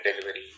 delivery